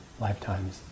lifetimes